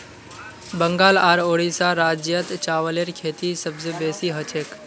बंगाल आर उड़ीसा राज्यत चावलेर खेती सबस बेसी हछेक